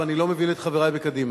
ואני לא מבין את חברי מקדימה.